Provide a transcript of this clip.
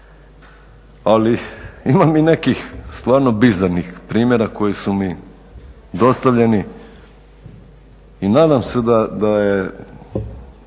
Ali, imam i nekih stvarno bizarnih primjera koji su mi dostavljeni. Nadam se da je